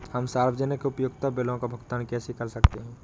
हम सार्वजनिक उपयोगिता बिलों का भुगतान कैसे कर सकते हैं?